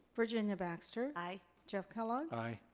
virginia baxter? aye. jeff kellogg? aye.